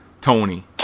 Tony